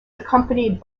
accompanied